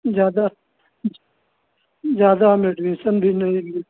ज़्यादा ज़्यादा हम एडमिसन भी नहीं